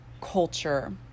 culture